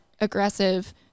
aggressive